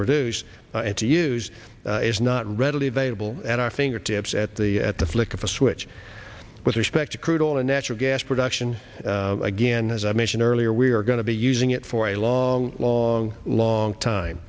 produce and to use is not readily available at our fingertips at the at the flick of a switch with respect to crude oil and natural gas production again as i mentioned earlier we are going to be using it for a long long long time